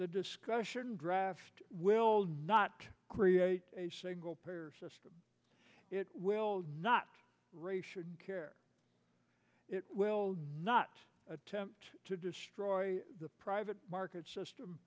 the discussion draft will not create a single payer system it will not raise should care it will not attempt to destroy the private market system